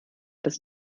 dass